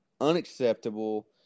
unacceptable